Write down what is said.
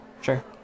Sure